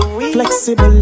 Flexible